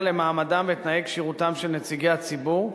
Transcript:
במעמדם ותנאי כשירותם של נציגי הציבור,